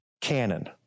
Canon